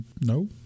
no